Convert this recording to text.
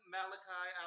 Malachi